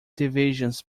divisions